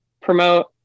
promote